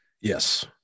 Yes